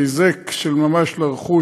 היזק של ממש לרכוש,